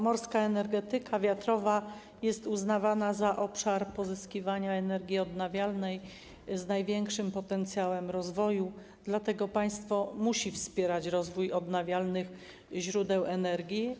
Morska energetyka wiatrowa jest uznawana za obszar pozyskiwania energii odnawialnej z największym potencjałem rozwoju, dlatego państwo musi wspierać rozwój odnawialnych źródeł energii.